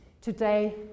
today